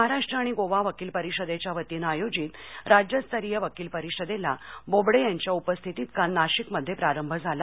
महाराष्ट्र आणि गोवा वकील परिषदेच्या वतीनं आयोजित राज्यस्तरीय वकील परिषदेला बोबडे यांच्या उपस्थितीत काल नाशिकमध्ये प्रारंभ झाला